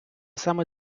саме